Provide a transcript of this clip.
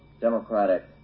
democratic